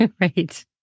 Right